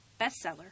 bestseller